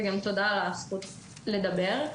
תודה גם על הזכות לדבר.